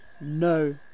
NO